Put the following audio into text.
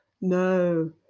no